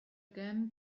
again